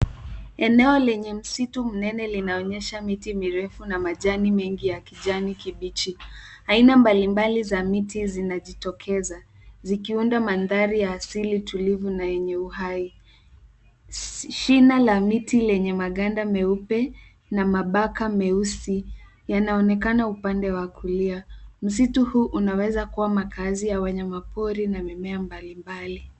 Eneo lenye msitu mnene linaonyesha miti mirefu na majani mengi ya kijani kibichi. Aina mbalimbali za miti zinajitokeza zikiunda mandhari ya asili tulivu na yenye uhai. Shina la miti lenye maganda meupe na mabaka meusi yanaonekana upande wa kulia. Msitu huu unaweza kuwa makazi ya wanyamapori na mimea mbalimbali.